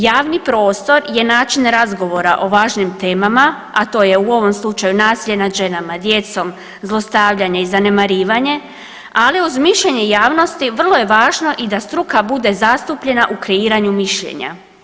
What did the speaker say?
Javni prostor je način razgovora o važnim temama, a to je u ovom slučaju nasilje nad ženama, djecom, zlostavljanje i zanemarivanje, ali uz mišljenje javnosti vrlo je važno i da struka bude zastupljena u kreiranju mišljenja.